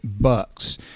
bucks